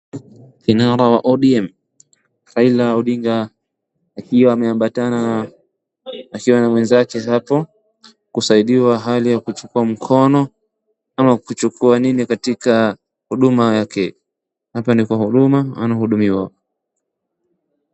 Kinara wa ODM Raila Odinga akiwa ameambatana, akiwa na mwenzake hapo, kusaidiwa hali ya kuchukua mkono ama kuchukua nini katika huduma yake, hapa ni kwa huduma, anahudumiwa.